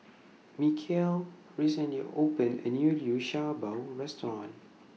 Mikeal recently opened A New Liu Sha Bao Restaurant